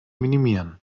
minimieren